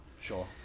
Sure